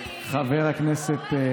את חבר הכנסת,